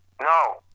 No